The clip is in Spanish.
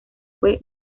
fue